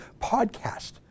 PODCAST